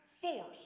force